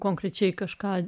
konkrečiai kažką